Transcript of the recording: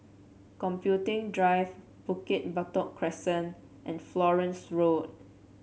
Computing Drive Bukit Batok Crescent and Florence Road